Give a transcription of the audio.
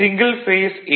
single phase A